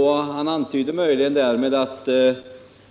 Han antydde därmed möjligen att